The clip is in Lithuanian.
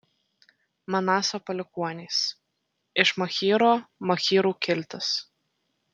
manaso palikuonys iš machyro machyrų kiltis